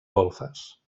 golfes